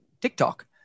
TikTok